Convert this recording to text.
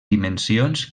dimensions